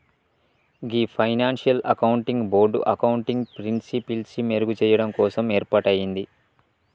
గీ financial accounting board accounting ప్రిన్సిపిల్సి మెరుగు చెయ్యడం కోసం ఏర్పాటయింది